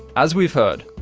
as we've heard,